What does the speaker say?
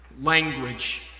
Language